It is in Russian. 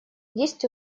есть